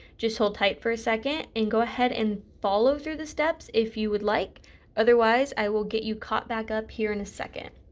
just hold tight for second and go ahead and follow through the steps if you would like otherwise i will get you caught back up here in a second.